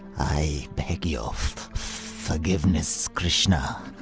i beg your forgiveness, krishna.